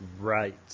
Right